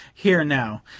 here, now,